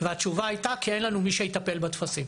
והתשובה הייתה "כי אין לנו מי שיטפל בטפסים".